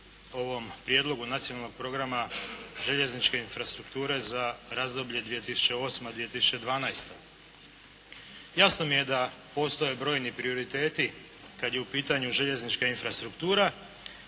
ovom Prijedlogu nacionalnog programa željezničke infrastrukture za razdoblje 2008./2012. Jasno mi je da postoje brojni prioriteti kada je u pitanju željeznička infrastruktura